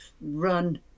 run